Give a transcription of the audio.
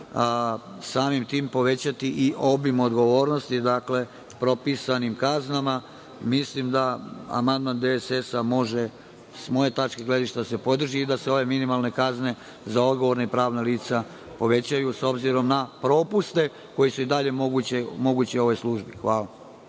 samim tim povećati i obim odgovornosti propisanim kaznama. Mislim da amandman DSS može s moje tačke gledišta da se podrži i da se ove minimalne kazne za odgovorna i pravna lica povećaju, s obzirom na propuste koji su i dalje mogući u ovoj službi. Hvala.